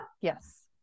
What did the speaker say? Yes